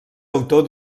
autor